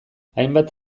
hainbat